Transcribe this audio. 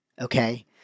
okay